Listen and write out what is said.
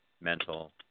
mental